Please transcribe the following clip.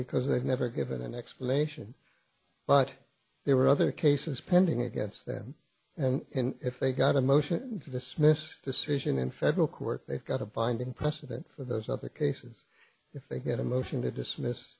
because they've never given an explanation but there were other cases pending against them and if they got a motion to dismiss decision in federal court they've got a binding precedent for those other cases if they get a motion to dismiss